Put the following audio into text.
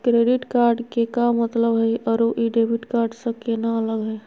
Credit card के का मतलब हई अरू ई डेबिट कार्ड स केना अलग हई?